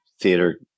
theater